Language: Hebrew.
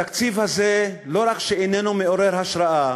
התקציב הזה לא רק שאיננו מעורר השראה